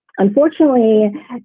Unfortunately